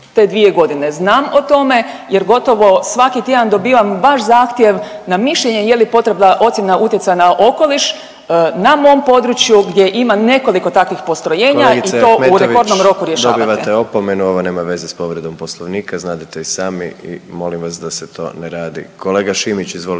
te dvije godine znam o tome jer gotovo svaki tjedan dobivam vaš zahtjev na mišljenje je li potrebna ocjena utjecaja na okoliš na mom području gdje ima nekoliko takvih postrojenja i to u rekordnom roku rješavate. **Jandroković, Gordan (HDZ)** Kolegice Ahmetović, dobivate opomenu, ovo nema veze s povredom poslovnika znadete i sami i molim vas da se to ne radi. Kolega Šimić izvolite.